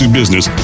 business